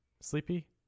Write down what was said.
Sleepy